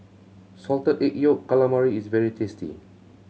Salted Egg Yolk Calamari is very tasty